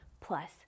plus